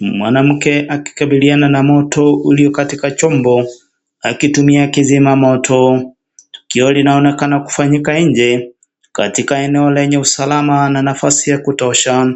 Mwanamke akikabiliana na moto ulio katika chombo akitumia kizima moto, tukio linaonekana ukifanyika nje katika eneo lenye usalama na nafasi ya kutosha